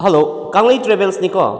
hello ꯀꯪꯂꯩ ꯇ꯭ꯔꯦꯕꯦꯜꯁꯅꯤꯀꯣ